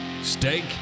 steak